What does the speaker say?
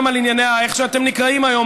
וגם על ענייני איך שאתם נקראים היום,